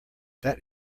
that